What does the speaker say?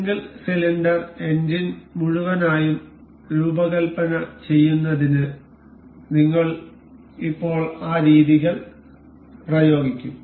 single cylinder engine മുഴുവനായും രൂപകൽപ്പന ചെയ്യുന്നതിന് നിങ്ങൾ ഇപ്പോൾ ആ രീതികൾ പ്രയോഗിക്കും